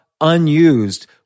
unused